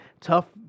tough